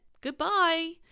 Goodbye